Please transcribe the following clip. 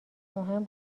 مهم